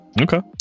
Okay